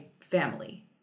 family